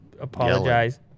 apologize